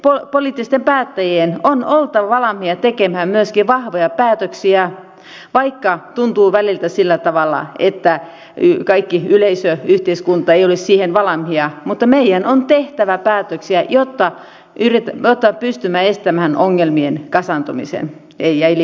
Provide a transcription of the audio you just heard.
meidän poliittisten päättäjien on oltava valmiita tekemään myöskin vahvoja päätöksiä vaikka tuntuu välillä siltä että kaikki yleisö ja yhteiskunta eivät ole siihen valmiita mutta meidän on tehtävä päätöksiä jotta pystymme estämään ongelmien kasaantumisen ja ilmenemisen